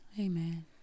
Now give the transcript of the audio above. Amen